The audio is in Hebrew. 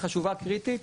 חשובה וקריטית,